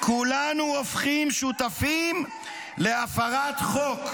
----- כולנו הופכים שותפים להפרת חוק.